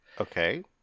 Okay